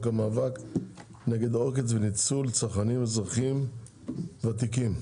המאבק נגד עוקץ וניצול צרכים אזרחים ותיקים.